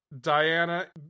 Diana